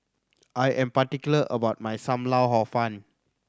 I am particular about my Sam Lau Hor Fun